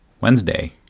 Wednesday